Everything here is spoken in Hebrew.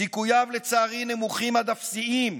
סיכוייו לצערי נמוכים עד אפסיים.